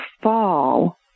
fall